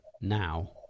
now